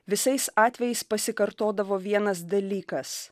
visais atvejais pasikartodavo vienas dalykas